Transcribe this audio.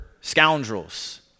scoundrels